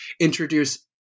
introduce